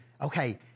okay